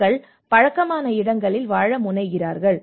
மக்கள் பழக்கமான இடங்களில் வாழ முனைகிறார்கள்